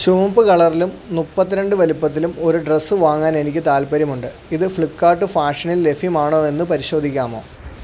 ചുമപ്പ് കളറിലും മുപ്പത്തി രണ്ട് വലുപ്പത്തിലും ഒരു ഡ്രസ് വാങ്ങാൻ എനിക്ക് താത്പര്യമുണ്ട് ഇതു ഫ്ലിപ്പ്കാർട്ട് ഫാഷനിൽ ലഭ്യമാണോ എന്നു പരിശോധിക്കാമോ